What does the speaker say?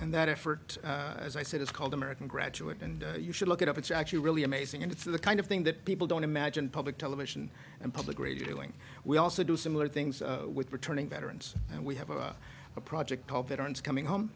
and that effort as i said is called american graduate and you should look it up it's actually really amazing and it's the kind of thing that people don't imagine public television and public radio and we also do similar things with returning veterans and we have a project c